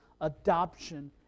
adoption